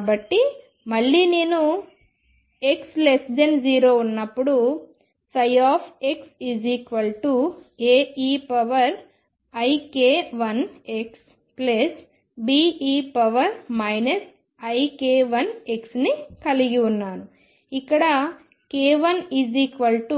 కాబట్టి మళ్లీ నేను x0 ఉన్నప్పుడు xAeik1xBe ik1x ని కలిగి ఉన్నాను ఇక్కడ k12mE2